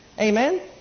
Amen